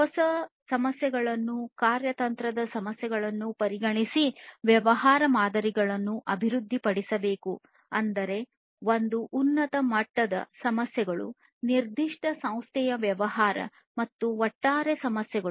ದೊಡ್ಡ ಸಮಸ್ಯೆಗಳನ್ನು ಕಾರ್ಯತಂತ್ರದ ಸಮಸ್ಯೆಗಳನ್ನು ಪರಿಗಣಿಸಿ ವ್ಯವಹಾರ ಮಾದರಿಗಳನ್ನು ಅಭಿವೃದ್ಧಿ ಪಡಿಸಬೇಕು ಅಂದರೆ ಒಂದು ಉನ್ನತ ಮಟ್ಟದ ಸಮಸ್ಯೆಗಳು ನಿರ್ದಿಷ್ಟ ಸಂಸ್ಥೆಯ ವ್ಯವಹಾರ ಮತ್ತು ಒಟ್ಟಾರೆ ಹೆಚ್ಚಿನ ಸಮಸ್ಯೆಗಳು